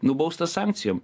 nubaustas sankcijom